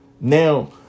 Now